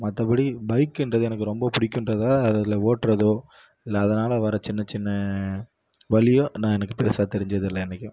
மற்றபடி பைக்குன்றது எனக்கு ரொம்ப பிடிக்குன்றதால அதில் ஓட்டுறதோ இல்லை அதனால் வர சின்ன சின்ன வலியோ ஆனால் எனக்கு பெருசாக தெரிஞ்சதில்லை என்னைக்கும்